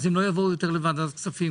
אז הם לא יבואו יותר לוועדת הכספים,